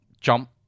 Jump